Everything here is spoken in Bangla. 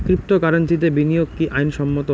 ক্রিপ্টোকারেন্সিতে বিনিয়োগ কি আইন সম্মত?